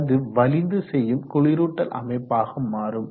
அது வலிந்து செய்யும் குளிரூட்டல் அமைப்பாக மாறும்